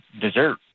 dessert